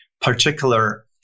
particular